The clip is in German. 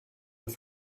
mehr